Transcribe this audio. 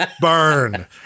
burn